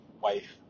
wife